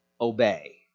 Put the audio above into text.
obey